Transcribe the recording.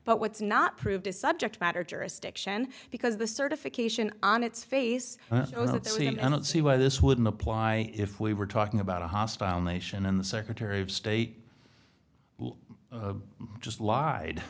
but what's not proved is subject matter jurisdiction because the certification on its face and i don't see why this wouldn't apply if we were talking about a hostile nation and the secretary of state just lied